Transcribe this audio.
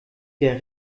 der